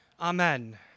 Amen